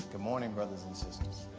good morning, brothers and sisters.